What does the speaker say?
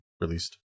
released